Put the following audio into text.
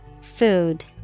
Food